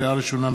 לקריאה ראשונה,